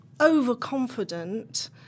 overconfident